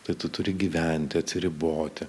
tai tu turi gyventi atsiriboti